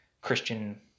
Christian